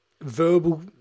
verbal